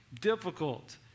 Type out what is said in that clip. difficult